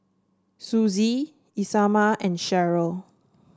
Suzie Isamar and Sheryl